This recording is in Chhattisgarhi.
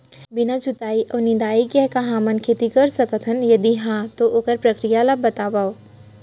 बिना जुताई अऊ निंदाई के का हमन खेती कर सकथन, यदि कहाँ तो ओखर प्रक्रिया ला बतावव?